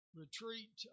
retreat